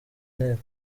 nteko